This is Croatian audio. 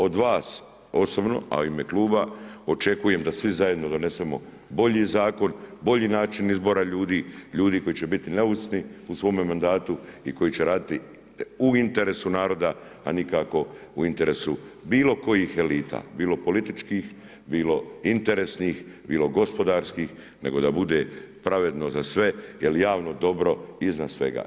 Od vas osobno, a u ime kluba očekujem da svi zajedno donesemo bolji zakon, bolji način izbora ljudi, ljudi koji će biti neovisni u svome mandatu i koji će raditi u interesu naroda, a nikako u interesu bilo kojih elita, bilo političkih, bilo interesnih, bilo gospodarskih, nego da bude pravedno za sve jer javno je dobro iznad svega.